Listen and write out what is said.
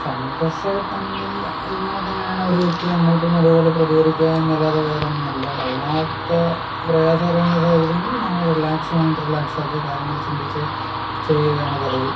സംഘർഷ ഘട്ടങ്ങളിൽ ഇങ്ങോട്ടെങ്ങനെയാണോ ഒരു വ്യക്തി അങ്ങോട്ടും അതുപോലെ പ്രതികരിക്കുക എന്നല്ലാതെ വേറൊന്നും ഇല്ല വല്ലാത്ത പ്രയാസകരമായ സാഹചര്യങ്ങൾ നമ്മൾ റിലേക്സ് മൈൻഡ് റിലേക്സാക്കി കാര്യങ്ങൾ ചിന്തിച്ചു ചെയ്യുകയാണ് പതിവ്